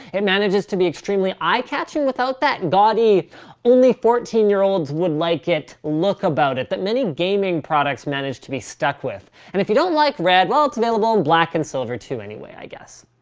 it manages to be extremely eye catching without that gaudy only fourteen year olds would like it look about it that many gaming products manage to be stuck with. and if you don't like red, well, it's available in black and silver too anyway, i guess.